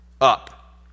Up